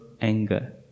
anger